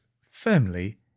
firmly